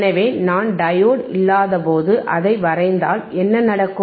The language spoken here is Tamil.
எனவே நான் டையோடு இல்லாதபோது அதை வரைந்தால் என்ன நடக்கும்